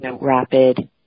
rapid